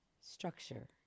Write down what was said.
Structure